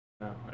No